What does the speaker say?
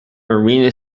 marina